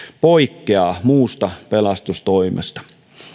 poikkeavat muusta pelastustoimesta